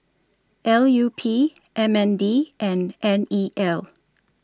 L U P M N D and N E L